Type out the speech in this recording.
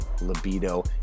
libido